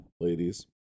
ladies